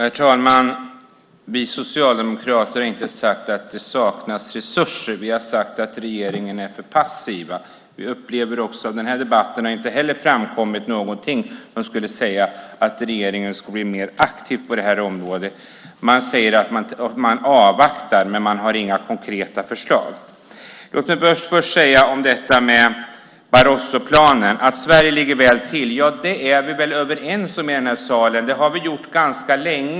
Fru talman! Vi socialdemokrater har inte sagt att det saknas resurser. Vi har sagt att regeringen är för passiv. I den här debatten har det inte heller framkommit någonting om att regeringen skulle bli mer aktiv på det här området. Man säger att man avvaktar, men man har inga konkreta förslag. Låt mig först säga något om detta med Barrosoplanen, att Sverige ligger väl till. Ja, det är vi väl överens om i den här salen. Det har vi gjort ganska länge.